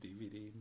DVD